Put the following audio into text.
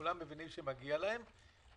כולם מבינים שמגיע להם.